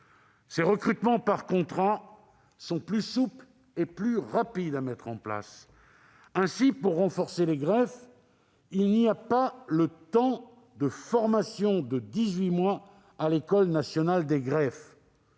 Ces recrutements par contrat sont plus souples et plus rapides à mettre en place. Ainsi, pour renforcer les greffes, ils ne prévoient pas l'obligation du temps de formation de dix-huit mois à l'École nationale des greffes.